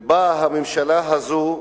ובאה הממשלה הזאת,